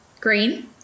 Green